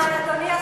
אדוני השר,